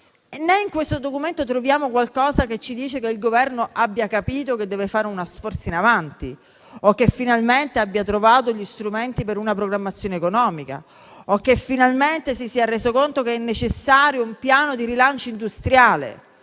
Né in questo documento troviamo qualcosa che ci dica che il Governo ha capito che deve fare uno sforzo in avanti; che ci faccia intendere che finalmente ha trovato gli strumenti per una programmazione economica e che finalmente si è reso conto che è necessario un piano di rilancio industriale.